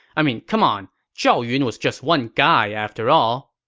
i mean, c'mon. zhao yun was just one guy after all.